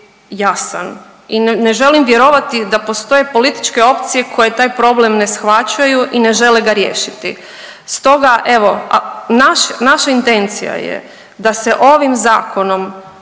jasan i ne želim vjerovati da postoje političke opcije koje taj problem ne shvaćaju i ne žele ga riješiti. Stoga evo, a naš, naša intencija je da se ovim Zakonom